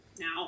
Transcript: now